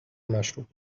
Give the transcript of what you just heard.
مشروب